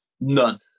none